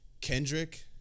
Kendrick